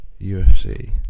UFC